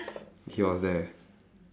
he was there